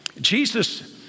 Jesus